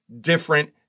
different